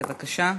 בבקשה.